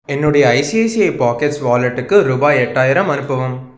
என்னுடைய ICICI pockets வாலெட்டுக்கு ருபாய் எட்டாயிரம் அனுப்பவும்